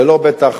ולא, בטח,